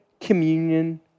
communion